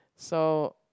so